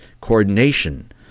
coordination